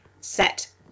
set